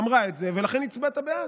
היא אמרה את זה, ולכן הצבעת בעד.